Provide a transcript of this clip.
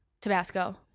tabasco